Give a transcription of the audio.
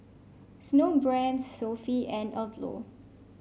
Snowbrand Sofy and Odlo